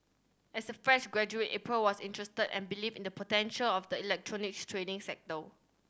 as a fresh graduate April was interested and believed in the potential of the electronics trading sector